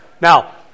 Now